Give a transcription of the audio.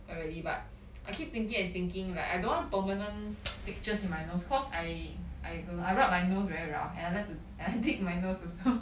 already but I keep thinking and thinking right I don't want permanent fixtures in my nose because I I don't I rub my nose very rough and I like to and I dig my nose also